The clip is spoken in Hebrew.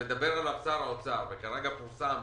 שמדבר עליו שר האוצר וכרגע פורסם